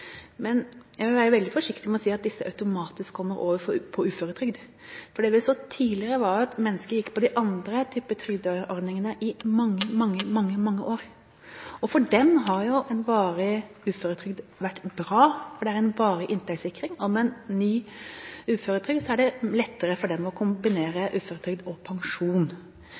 men jeg vil være veldig forsiktig med å si at disse automatisk kommer over på uføretrygd. For det vi så tidligere, var at mennesker gikk på andre typer trygdeordninger i mange, mange år, og for dem har jo en varig uføretrygd vært bra, for det er en varig inntektssikring, og med en ny uføretrygd er det lettere for dem å kombinere uføretrygd og pensjon.